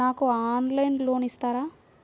నాకు ఆన్లైన్లో లోన్ ఇస్తారా?